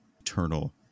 eternal